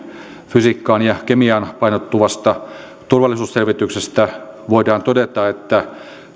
fysiikkaan ja kemiaan painottuvasta turvallisuusselvityksestä voidaan todeta että